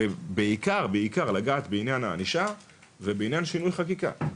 ובעיקר בעיקר לגעת בעניין הענישה ובעניין שינוי חקיקה.